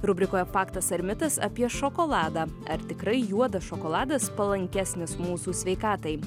rubrikoje faktas ar mitas apie šokoladą ar tikrai juodas šokoladas palankesnis mūsų sveikatai